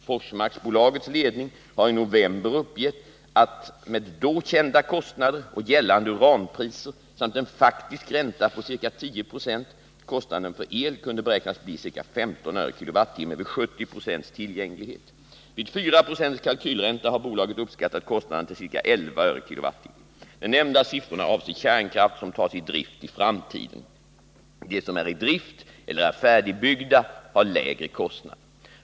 Forsmarksbolagets ledning har i november uppgett att med då kända kostnader och gällande uranpriser samt en faktisk ränta på ca 1096 kostnaden för el kunde beräknas bli ca 15 öre kWh. De nämnda siffrorna avser kärnkraftverk som kan tas i drift i framtiden. De som är i drift eller är färdigbyggda har lägre kostnad.